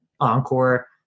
Encore